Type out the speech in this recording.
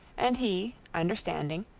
and he, understanding,